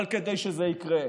אבל כדי שזה יקרה,